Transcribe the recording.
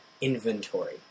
inventory